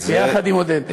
יחד עם עודד,